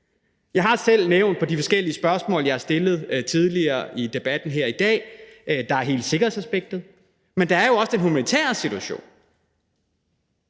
Jeg har selv i de forskellige spørgsmål, jeg tidligere har stillet i debatten her i dag, nævnt hele sikkerhedsaspektet, men der er også den humanitære situation.